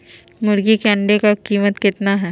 मुर्गी के अंडे का कीमत कितना है?